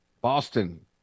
Boston